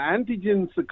Antigens